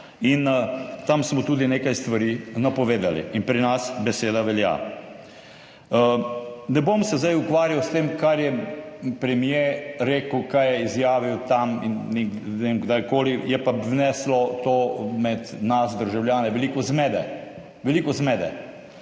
in tam smo tudi nekaj stvari napovedali in pri nas beseda velja. Ne bom se zdaj ukvarjal s tem, kar je premier rekel, kar je izjavil tam in ne vem, kdajkoli, je pa vneslo to med nas državljane veliko zmede. Veliko zmede.